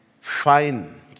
find